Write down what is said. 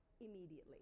immediately